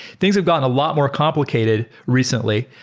things have gotten a lot more complicated recently.